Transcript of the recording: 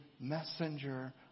messenger